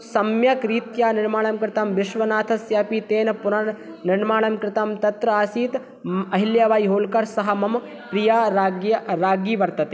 सम्यक् रीत्या निर्माणं कृतं विश्वनाथस्यापि तेन पुनर्निर्माणं कृतं तत्र आसीत् अहिल्याबाईहोल्कर् सा मम प्रिया राज्ञ राज्ञी वर्तते